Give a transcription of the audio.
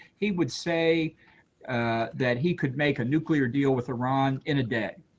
he would say that he could make a nuclear deal with iran in a day.